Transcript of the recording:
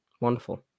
Wonderful